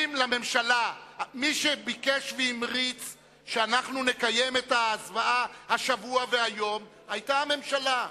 מי שביקש והמריץ שאנחנו נקיים את ההצבעה השבוע והיום היה הממשלה.